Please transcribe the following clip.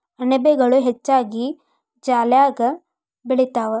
ಅಣಬೆಗಳು ಹೆಚ್ಚಾಗಿ ಜಾಲ್ಯಾಗ ಬೆಳಿತಾವ